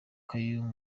kaymu